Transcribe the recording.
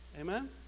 Amen